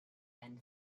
and